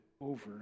over